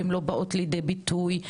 לא באים לידי ביטוי,